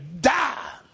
die